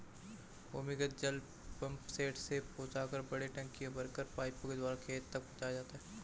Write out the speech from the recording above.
भूमिगत जल पम्पसेट से पहुँचाकर बड़े टंकी में भरकर पाइप के द्वारा खेत तक पहुँचाया जाता है